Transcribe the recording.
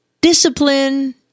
Discipline